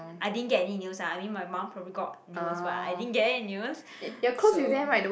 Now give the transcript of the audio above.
I didn't get any news lah I mean my mum probably got news but I didn't get any news so